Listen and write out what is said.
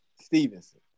Stevenson